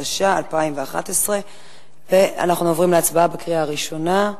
התשע"א 2011. אנחנו עוברים להצבעה בקריאה ראשונה.